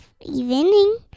evening